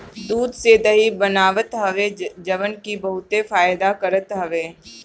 दूध से दही बनत हवे जवन की बहुते फायदा करत हवे